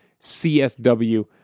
CSW